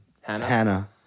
Hannah